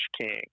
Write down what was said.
king